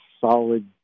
solid